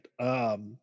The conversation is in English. right